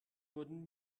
wurden